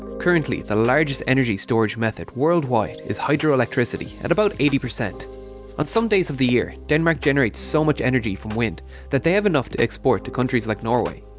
currently the largest energy storage method worldwide is hydro-electricity at about eighty. on some days of the year denmark generates so much energy from wind that they have enough to export to countries like norway,